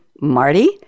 Marty